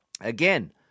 Again